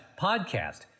podcast